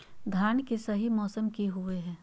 धान के सही मौसम की होवय हैय?